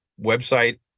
website